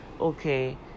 okay